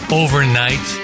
overnight